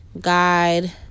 Guide